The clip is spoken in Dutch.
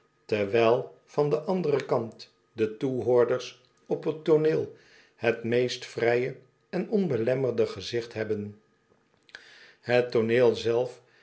terwijl van den anderen kant de toehoorders op t tooneel het meest vrije en onbelemmerde gezicht hebben het tooneel zelf